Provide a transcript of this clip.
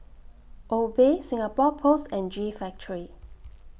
Obey Singapore Post and G Factory